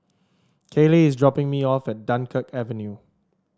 Kaylie is dropping me off at Dunkirk Avenue